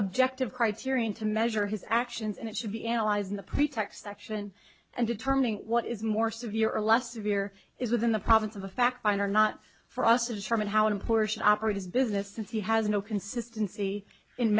objective criterion to measure his actions and it should be analyzed in the pretext section and determining what is more severe or less severe is within the province of a fact finder not for us to determine how important operate his business since he has no consistency in